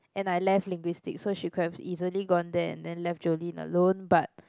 and I left linguistic so she could have easily gone there and then left Jolene alone but